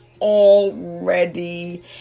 already